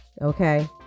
okay